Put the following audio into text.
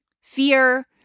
fear